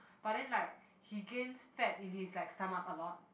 but then like he gains fat in his like stomach a lot